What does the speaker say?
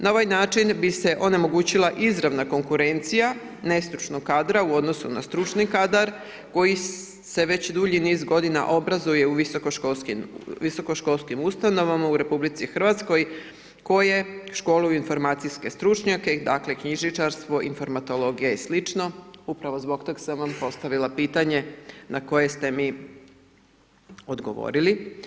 Na ovaj način bi se onemogućila izravna konkurencija nestručnog kadra u odnosu na stručni kadar koji se već dulji niz godina obrazuje u visokoškolskim ustanovama u RH koje školuju informacijske stručnjake, dakle knjižničarstvo, informatologija i slično, upravo zbog toga sam vam postavila pitanje na koje ste mi odgovorili.